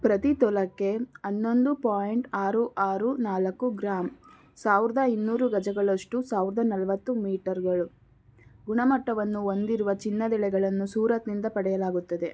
ಪ್ರತಿ ತೊಲಕ್ಕೆ ಹನ್ನೊಂದು ಪೋಯಿಂಟ್ ಆರು ಆರು ನಾಲ್ಕು ಗ್ರಾಮ್ ಸಾವಿರದ ಇನ್ನೂರು ಗಜಗಳಷ್ಟು ಸಾವಿರದ ನಲ್ವತ್ತು ಮೀಟರ್ಗಳು ಗುಣಮಟ್ಟವನ್ನು ಹೊಂದಿರುವ ಚಿನ್ನದೆಳೆಗಳನ್ನು ಸೂರತ್ನಿಂದ ಪಡೆಯಲಾಗುತ್ತದೆ